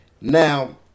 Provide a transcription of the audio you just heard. Now